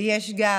ויש גם